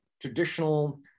traditional